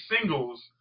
singles